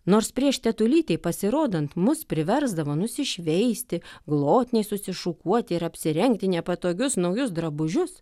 nors prieš tetulytei pasirodant mus priversdavo nusišveisti glotniai susišukuoti ir apsirengti nepatogius naujus drabužius